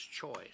choice